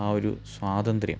ആ ഒരു സ്വാതന്ത്ര്യം